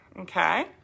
okay